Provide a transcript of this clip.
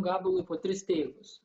gabalui po tris teikus